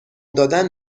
دادن